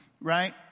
right